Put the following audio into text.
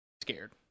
scared